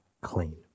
clean